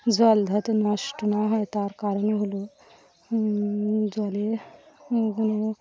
জল যাতে নষ্ট না হয় তার কারণ হলো জলে কোনো